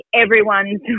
everyone's